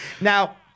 Now